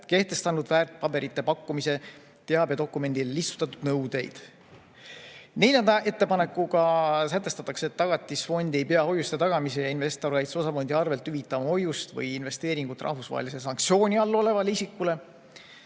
kehtestanud väärtpaberite pakkumise teabedokumendile lihtsustatud nõudeid. Neljanda ettepanekuga sätestatakse, et Tagatisfond ei pea hoiuste tagamise ja investorikaitse osafondi arvel hüvitama hoiust või investeeringut rahvusvahelise sanktsiooni all olevale isikule.